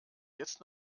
jetzt